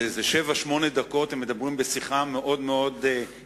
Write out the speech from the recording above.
זה שבע-שמונה דקות הם מדברים שיחה מאוד עניינית.